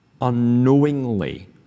unknowingly